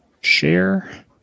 Share